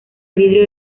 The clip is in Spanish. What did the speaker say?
vidrio